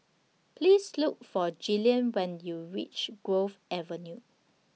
Please Look For Jillian when YOU REACH Grove Avenue